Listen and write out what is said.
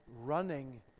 running